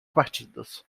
partidos